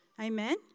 Amen